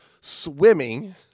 swimming